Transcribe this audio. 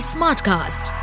Smartcast